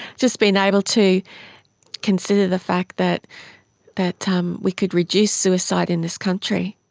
just being able to consider the fact that that um we could reduce suicide in this country.